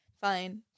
fine